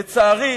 לצערי,